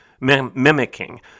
mimicking